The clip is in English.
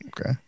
Okay